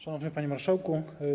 Szanowny Panie Marszałku!